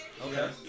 Okay